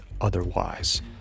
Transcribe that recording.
otherwise